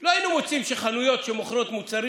לא היינו מוצאים שחנויות שמוכרות מוצרים